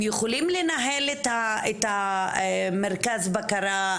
הם יכולים לנהל את המרכז בקרה.